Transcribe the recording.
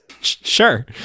Sure